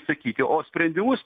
sakyti o sprendimus